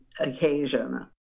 occasion